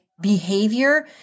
behavior